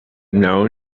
known